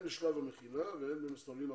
הן בשלב המכינה והן במוסדות אקדמאיים.